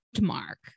Mark